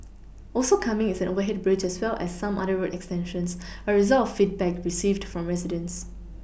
also coming is an overhead bridge as well as some other road extensions a result of feedback received from residents